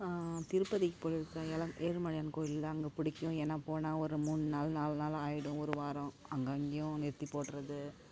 திருப்பதிக்கு போயிருக்கேன் எழ ஏழுமலையான் கோயில்ல அங்கே பிடிக்கும் ஏன்னா போனால் ஒரு மூன்று நாள் நாலு நாள் ஆகிடும் ஒருவாரம் அங்கே அங்கேயும் நிறுத்திப் போடுறது